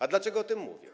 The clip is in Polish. A dlaczego o tym mówię?